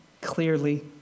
clearly